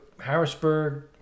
Harrisburg